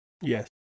Yes